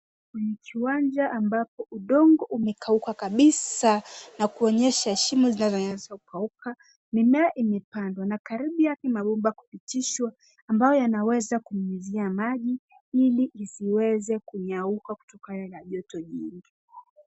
Kwenye kiwanja ambapo udongo umekauka kabisa na kuonyesha shimo zinazokauka. Mimea imepandwa na karibu yake mabomba kupitishwa ambayo yanaweza kunyunyuzia maji ili isiweze kukauka kukawa na joto jingi.